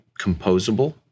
composable